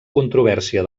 controvèrsia